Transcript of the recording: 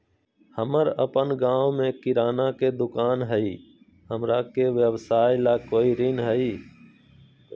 हमर अपन गांव में किराना के दुकान हई, हमरा के व्यवसाय ला कोई ऋण हई?